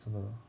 真的